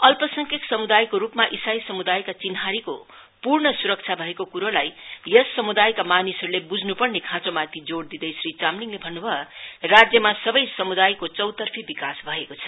अल्पसरथक समुदायको रुपमा इसाई समुदायका चिन्हारीको पूर्ण सुरक्षा भएको कुरोलाई यस समुदयका मानिसहरुले बुझनु पर्ने खाँचोमाथि जोइ दिदै श्री चामलिङले भन्नु भयो राज्यमा सबै समुदयको चौतफी विकास भएको छ